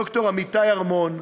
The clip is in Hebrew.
ד"ר אמיתי ערמון,